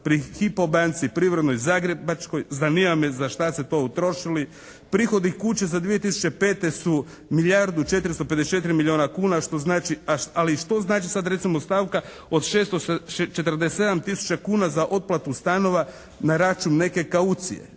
pri HIPO banci, Privrednoj, Zagrebačkoj, zanima za što su to utrošili. Prihodi kuće za 2005. su milijardu 454 milijuna kuna što znači, ali što znači sada recimo stavka od 647 tisuća kuna za otplatu stanova na račun neke kaucije.